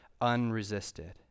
unresisted